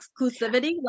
exclusivity